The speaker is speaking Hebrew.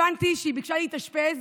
הבנתי שהיא ביקשה להתאשפז